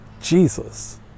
Jesus